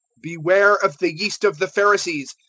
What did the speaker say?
beware of the yeast of the pharisees,